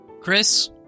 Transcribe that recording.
Chris